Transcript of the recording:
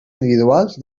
individuals